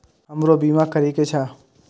हमरो बीमा करीके छः?